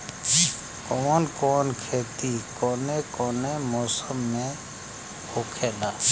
कवन कवन खेती कउने कउने मौसम में होखेला?